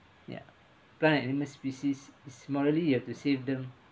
ya plant and animal species is morally you have to save them